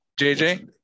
JJ